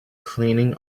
cleaning